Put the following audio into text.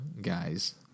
guys